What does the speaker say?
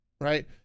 right